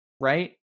right